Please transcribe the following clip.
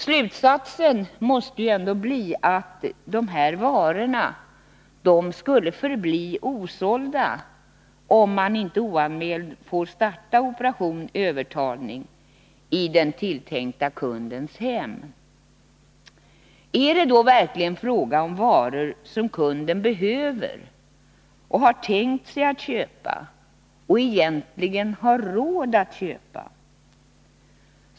Slutsatsen måste ju bli att de här varorna skulle förbli osålda, om man inte oanmäld fick starta operation övertalning i den tilltänkta kundens hem. Är det då verkligen fråga om varor som kunden behöver och tänkt sig att köpa och egentligen har råd att köpa?